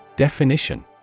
Definition